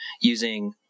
using